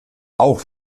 auch